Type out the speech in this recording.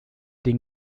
den